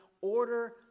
order